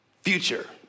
future